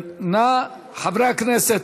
חברי הכנסת,